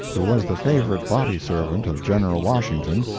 who was the favorite body-servant of general washington,